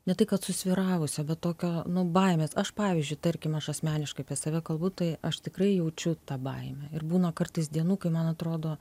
ne tai kad susvyravusio bet tokio nu baimės aš pavyzdžiui tarkim aš asmeniškai apie save kalbu tai aš tikrai jaučiu tą baimę ir būna kartais dienų kai man atrodo